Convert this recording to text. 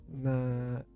na